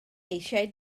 eisiau